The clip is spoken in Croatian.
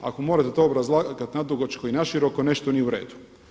Ako morate to obrazlagat na dugačko i na široko nešto nije u redu.